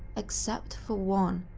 except for one.